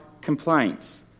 complaints